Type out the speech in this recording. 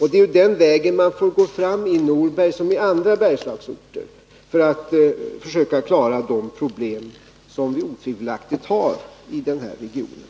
Det är den vägen man får gå fram i Norberg, som i andra Bergslagsorter, för att försöka klara de problem som otvivelaktigt finns i den här regionen.